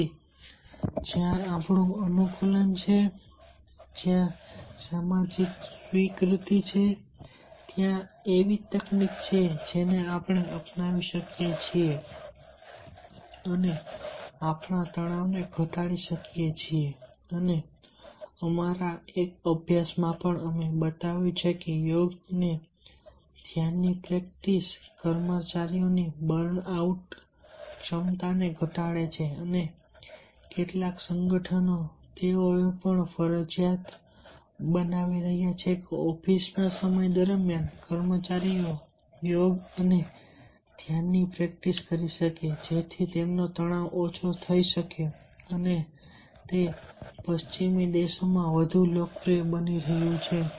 તેથી જ્યાં આપણું સામાજિક અનુકૂલન છે સામાજિક સ્વીકૃતિ છે ત્યાં એવી તકનીક છે જેને આપણે અપનાવી શકીએ છીએ અને આપણે તણાવને ઘટાડી શકીએ છીએ અને અમારા એક અભ્યાસમાં પણ અમે બતાવ્યું છે કે યોગ અને ધ્યાનની પ્રેક્ટિસ કર્મચારીઓની બર્ન આઉટ ઘટાડે છે અને કેટલાક સંગઠનો તેઓ એ પણ ફરજિયાત બનાવી રહ્યા છે કે ઓફિસના સમય દરમિયાન કર્મચારીઓ યોગ અને ધ્યાનની પ્રેક્ટિસ કરી શકે જેથી તેમનો તણાવ ઓછો થઈ શકે અને તે પશ્ચિમી દેશોમાં વધુ લોકપ્રિય બની રહ્યું છે